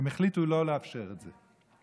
הם החליטו לא לאפשר את זה.